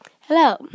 Hello